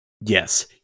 yes